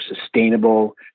sustainable